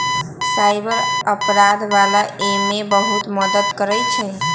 cyber अपराध वाला एमे बहुते मदद करई छई